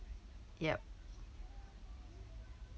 yup